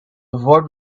avoid